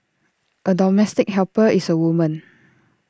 A domestic helper is A woman